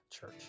Church